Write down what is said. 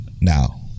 Now